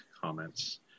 comments